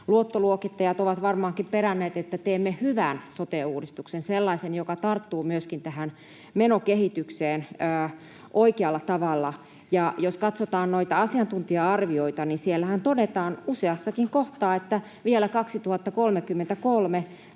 luottoluokittajat ovat varmaankin peränneet, että teemme hyvän sote-uudistuksen, sellaisen, joka tarttuu myöskin tähän menokehitykseen oikealla tavalla. Jos katsotaan noita asiantuntija-arvioita, niin siellähän todetaan useassakin kohtaa, että vielä 2033